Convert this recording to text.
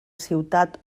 ciutat